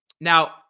Now